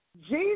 Jesus